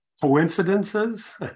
coincidences